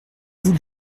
vous